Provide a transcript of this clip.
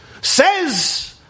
Says